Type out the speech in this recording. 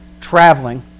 traveling